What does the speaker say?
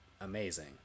amazing